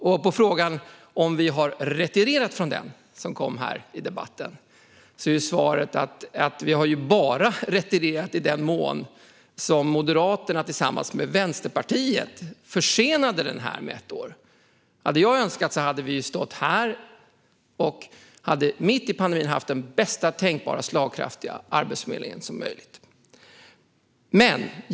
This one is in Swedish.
Och på frågan om vi har retirerat från den, som ju ställdes här i debatten, är svaret att vi bara har retirerat i den mån som Moderaterna ihop med Vänsterpartiet har försenat det hela med ett år. Hade jag fått önska hade vi stått här mitt i pandemin och haft en arbetsförmedling som är bästa tänkbara och så slagkraftig som möjligt.